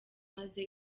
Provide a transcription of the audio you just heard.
maze